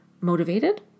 motivated